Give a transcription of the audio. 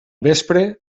vespre